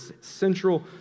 central